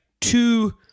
two